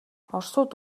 оросууд